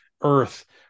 earth